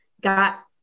got